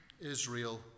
Israel